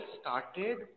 started